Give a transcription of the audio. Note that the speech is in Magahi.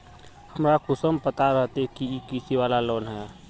हमरा कुंसम पता रहते की इ कृषि वाला लोन है?